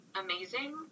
amazing